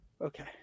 Okay